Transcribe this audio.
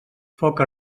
foc